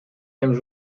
aiment